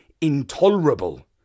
intolerable